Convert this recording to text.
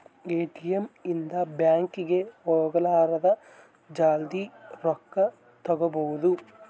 ATM ಇಂದ bank ಗೆ ಹೋಗಲಾರದ ಜಲ್ದೀ ರೊಕ್ಕ ತೆಕ್ಕೊಬೋದು